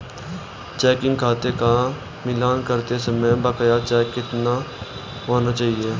Checking खाते का मिलान करते समय बकाया चेक कितने होने चाहिए?